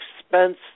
expense